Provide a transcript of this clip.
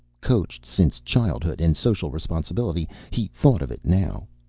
coached since childhood in social responsibility, he thought of it now.